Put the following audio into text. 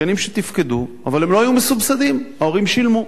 גנים שתפקדו אבל הם לא היו מסובסדים וההורים שילמו,